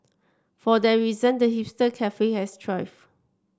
for that reason the hipster cafe has thrived